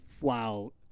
wow